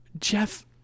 Jeff